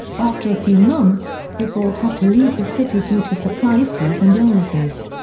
after a few months, rigault had to leave the city due to supply issues and illnesses.